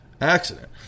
accident